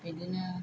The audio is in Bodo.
बिदिनो